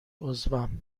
عضوم